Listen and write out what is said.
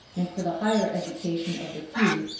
and, for the higher education of the few,